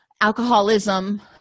alcoholism